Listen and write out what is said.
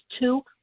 two